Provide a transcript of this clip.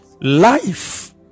Life